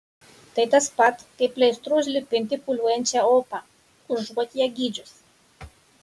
tai tas pat kaip pleistru užlipinti pūliuojančią opą užuot ją gydžius